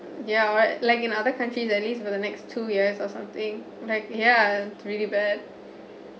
ya right like in other countries at least for the next two years or something like yeah really bad